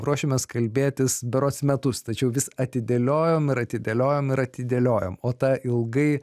ruošiamės kalbėtis berods metus tačiau vis atidėliojom ir atidėliojom ir atidėliojom o ta ilgai